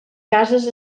cases